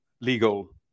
legal